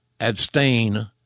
abstain